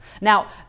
Now